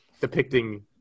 depicting